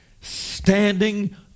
standing